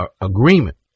agreement